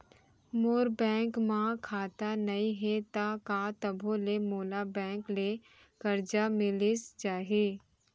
मोर bank म खाता नई हे त का तभो ले मोला बैंक ले करजा मिलिस जाही?